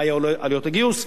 מה היו עלויות הגיוס,